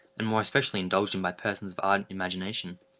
and more especially indulged in by persons of ardent imagination.